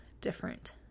different